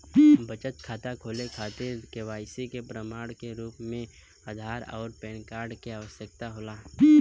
बचत खाता खोले के खातिर केवाइसी के प्रमाण के रूप में आधार आउर पैन कार्ड के आवश्यकता होला